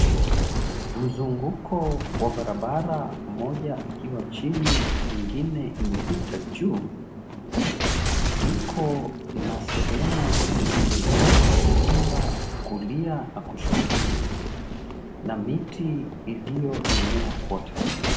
Mzunguko wa barabara moja ikiwa chini ingine imepita juu iko na sehemu zilizojaa nyumba kulia na kushoto na miti iliyoenea kwote.